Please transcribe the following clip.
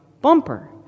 bumper